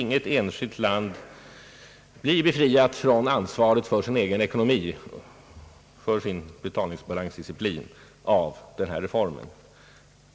Inget enskilt land blir befriat från ansvaret för sin egen ekonomi, för sin betalningsbalansdisciplin. av denna reform.